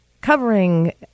Covering